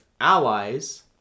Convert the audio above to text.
allies